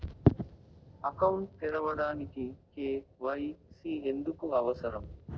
Account తెరవడానికి, KYC ఎందుకు అవసరం?